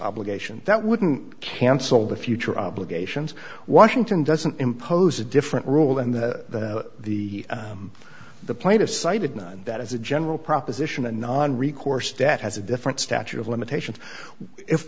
obligation that wouldn't cancel the future obligations washington doesn't impose a different rule and the the plaintiffs cited not that as a general proposition and non recourse debt has a different statute of limitations if